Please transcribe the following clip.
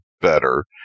better